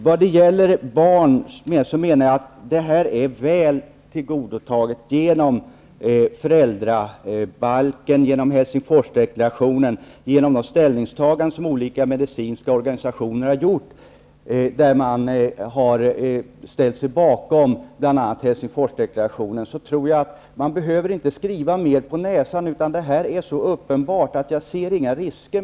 Jag anser att barnen är väl tillgodosedda genom föräldrabalken, Helsingforsdeklarationen och de ställningstaganden som olika medicinska organisationer har gjort, när man bl.a. har ställt sig bakom Helsingforsdeklarationen. Jag tror att man inte behöver skriva folk mera på näsan. Det här är så uppenbart att det inte finns några risker.